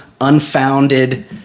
unfounded